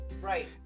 right